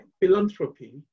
philanthropy